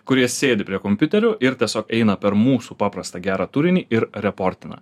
kurie sėdi prie kompiuterių ir tiesiog eina per mūsų paprastą gerą turinį ir reportina